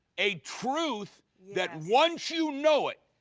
a truth that once you know it,